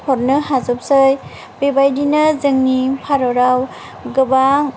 हरनो हाजोबसै बेबायदिनो जोंनि भारताव गोबां